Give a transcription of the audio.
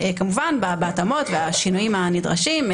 כמובן בהתאמות והשינויים הנדרשים.